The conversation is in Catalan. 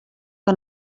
que